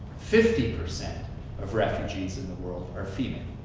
fifty percent of refugees in the world are female.